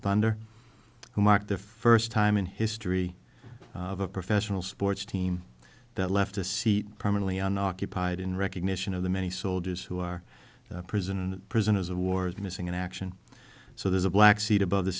thunder who marked the first time in history of a professional sports team that left a seat permanently on occupied in recognition of the many soldiers who are prison and prisoners of war is missing in action so there's a black seat above the